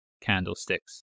candlesticks